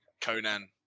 Conan